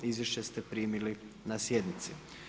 Izvješće ste primili na sjednici.